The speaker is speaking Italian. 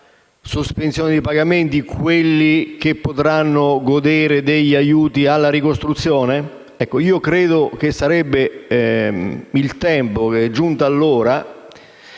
sospensione dei pagamenti quelli che potranno godere degli aiuti alla ricostruzione?